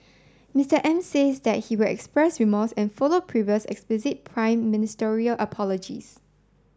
Mister Abe says that he will express remorse and follow previous explicit prime ministerial apologies